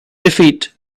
defeat